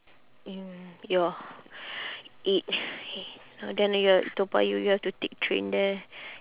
mm ya eight K how then you're toa payoh you have to take train there